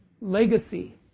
legacy